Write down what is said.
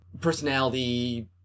personality